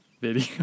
video